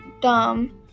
dumb